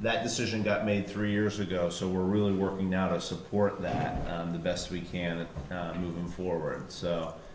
that decision got made three years ago so we're really working now to support that the best we can and move forward